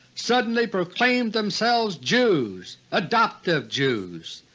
suddenly proclaimed themselves jews adoptive jews.